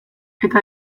eta